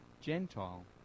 Gentile